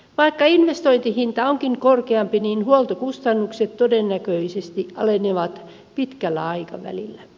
vaikka investointihinta onkin korkeampi niin huoltokustannukset todennäköisesti alenevat pitkällä aikavälillä